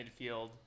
midfield